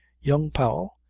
young powell,